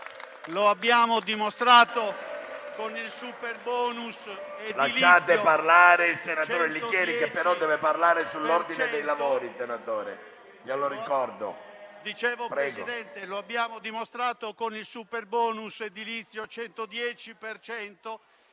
lo abbiamo dimostrato con il superbonus edilizio al